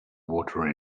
water